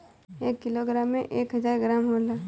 एक किलोग्राम में एक हजार ग्राम होला